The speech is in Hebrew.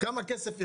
כמה כסף יחסר,